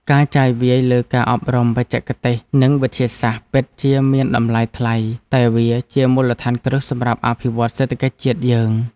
ការចាយវាយលើការអប់រំបច្ចេកទេសនិងវិទ្យាសាស្ត្រ ពិតជាមានតម្លៃថ្លៃតែវាជាមូលដ្ឋានគ្រឹះសម្រាប់អភិវឌ្ឍសេដ្ឋកិច្ចជាតិយើង។